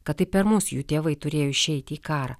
kad tai per mus jų tėvai turėjo išeiti į karą